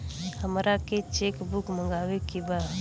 हमारा के cheque book मगावे के बा?